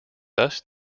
thus